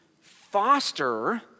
foster